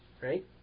Right